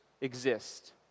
exist